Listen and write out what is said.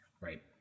right